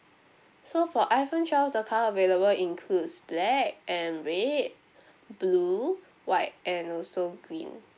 so for iphone twelve the colour available includes black and red blue white and also green